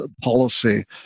policy